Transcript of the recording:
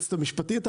היועצת המשפטית,